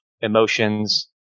emotions